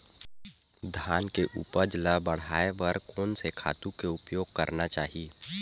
धान के उपज ल बढ़ाये बर कोन से खातु के उपयोग करना चाही?